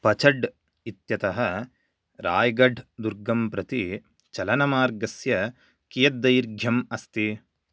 पचड् इत्यतः रायगड् दुर्गं प्रति चलनमार्गस्य कियत् दैर्घ्यम् अस्ति